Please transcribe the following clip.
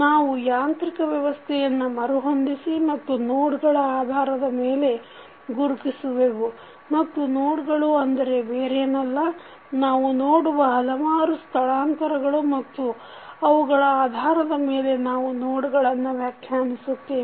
ನಾವು ಯಾಂತ್ರಿಕ ವ್ಯವಸ್ಥೆಯನ್ನು ಮರುಹೊಂದಿಸಿ ಮತ್ತು ನೋಡ್ಗಳ ಆಧಾರದ ಮೇಲೆ ಗುರುತಿಸುವೆವು ಮತ್ತು ನೋಡ್ಗಳು ಅಂದರೆ ಬೇರೇನಲ್ಲ ನಾವು ನೋಡುವ ಹಲವಾರು ಸ್ಥಳಾಂತರಗಳು ಮತ್ತು ಅವುಗಳ ಆಧಾರದ ಮೇಲೆ ನಾವು ನೋಡ್ಗಳನ್ನು ವ್ಯಾಖ್ಯಾನಿಸುತ್ತೇವೆ